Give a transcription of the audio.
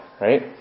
right